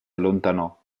allontanò